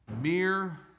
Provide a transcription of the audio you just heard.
mere